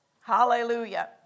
Hallelujah